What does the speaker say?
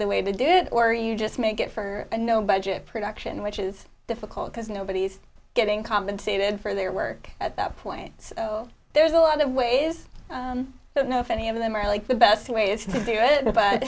the way to do it or you just make it for no budget production which is difficult because nobody's getting compensated for their work at that point so there's a lot of ways you know if any of them are really the best ways to do it